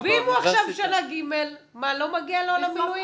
ואם הוא עכשיו שנה ג', לא מגיע לו על המילואים?